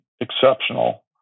exceptional